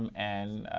um and,